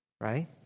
Right